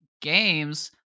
games